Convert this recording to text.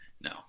No